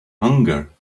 hunger